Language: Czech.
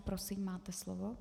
Prosím, máte slovo.